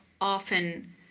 often